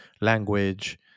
language